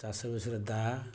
ଚାଷ ବିଷୟରେ ଦାଆ